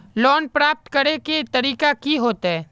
Loan प्राप्त करे के तरीका की होते?